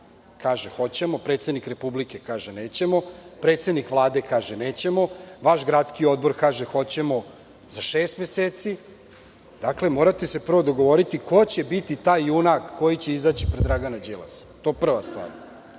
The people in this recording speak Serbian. kaže – hoćemo; predsednik Republike kaže – nećemo; predsednik Vlade kaže – nećemo; vaš gradski odbor kaže – hoćemo za šest meseci. Dakle, morate se prvo dogovoriti ko će biti taj junak koji će izaći pred Dragana Đilasa, to je prav